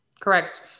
Correct